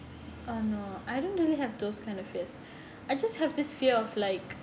uh no I don't really have those kind of fears I just have this fear of like